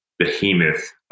Behemoth